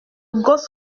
gosse